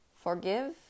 Forgive